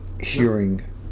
hearing